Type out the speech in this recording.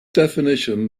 definition